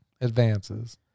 advances